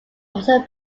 also